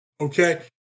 okay